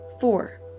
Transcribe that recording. Four